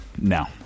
No